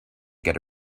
get